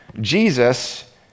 Jesus